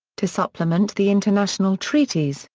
to supplement the international treaties,